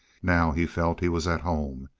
now he felt he was at home.